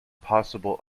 possible